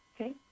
Okay